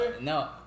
No